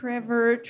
Trevor